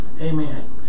Amen